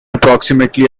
approximately